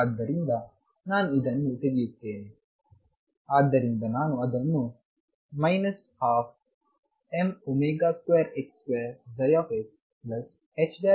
ಆದ್ದರಿಂದ ನಾನು ಇದನ್ನು ತೆಗೆಯುತ್ತೇನೆ ಆದ್ದರಿಂದ ನಾನು xಅದನ್ನುAe mω2ℏx2ಎಂದು ಬರೆಯುತ್ತೇನೆ